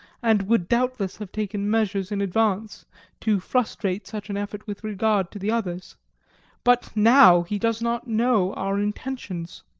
and would doubtless have taken measures in advance to frustrate such an effort with regard to the others but now he does not know our intentions.